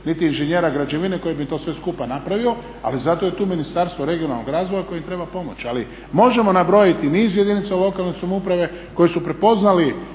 niti inženjera građevine koji bi to sve skupa napravio. Ali zato je tu Ministarstvo regionalnog razvoja koje im treba pomoći. Ali možemo nabrojiti niz jedinica lokalne samouprave koji su prepoznali